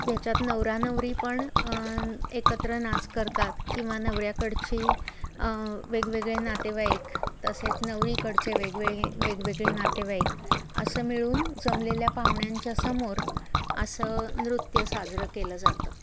ह्याच्यात नवरा नवरी पण एकत्र नाच करतात किंवा नवऱ्याकडची वेगवेगळे नातेवाईक तसेच नवरीकडचे वेगवेगळे वेगवेगळे नातेवाईक असं मिळून जमलेल्या पाहुण्यांच्यासमोर असं नृत्य साजरं केलं जातं